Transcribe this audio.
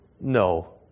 No